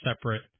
separate